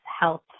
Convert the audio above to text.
health